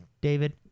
David